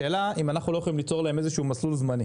השאלה אם אנחנו לא יכולים ליצור להם איזשהו מסלול זמני.